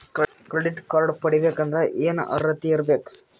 Credit card ಪಡಿಬೇಕಂದರ ಏನ ಅರ್ಹತಿ ಇರಬೇಕು?